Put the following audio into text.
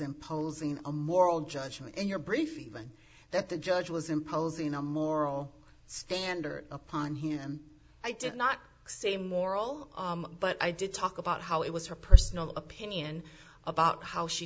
imposing a moral judgment in your brief even that the judge was imposing a moral standard upon him i did not say moral but i did talk about how it was her personal opinion about how she